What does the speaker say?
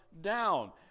down